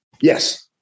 Yes